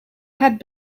had